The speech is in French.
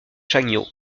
chagnaud